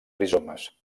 rizomes